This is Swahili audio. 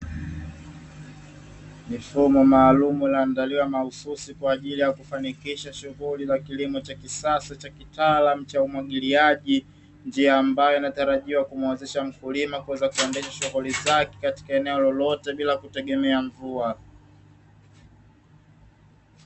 Mifumo maalumu na mahususi kwa ajili ya kufanikisha shughuli za kilimo cha kisasa cha kitaalamu cha umwagiliaji, njia ambayo inatarajiwa kumuwezesha mkulima kuweza kuendesha shughuli zake katika eneo lolote bila kutegemea mvua.